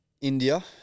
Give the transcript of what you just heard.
India